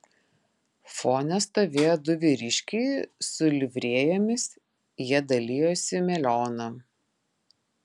fone stovėjo du vyriškiai su livrėjomis jie dalijosi melioną